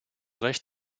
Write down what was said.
recht